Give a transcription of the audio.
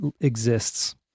exists